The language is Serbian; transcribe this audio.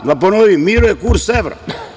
Da ponovim, miruje kurs evra.